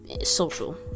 social